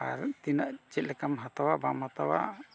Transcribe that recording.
ᱟᱨ ᱛᱤᱱᱟᱹᱜ ᱪᱮᱫ ᱞᱮᱠᱟᱢ ᱦᱟᱛᱟᱣᱟ ᱵᱟᱢ ᱦᱟᱛᱟᱣᱟ